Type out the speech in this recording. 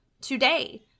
today